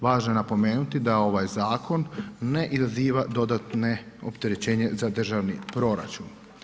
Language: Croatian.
Važno je napomenuti da ovaj zakon ne izaziva dodatno opterećenje za državni proračun.